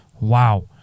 wow